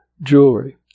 jewelry